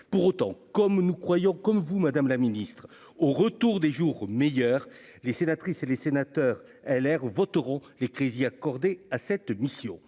pour autant comme nous croyons comme vous, Madame la Ministre, au retour des jours meilleurs, les sénatrices et les sénateurs LR voteront les crédits accordés à cette mission,